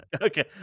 okay